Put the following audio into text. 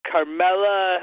Carmella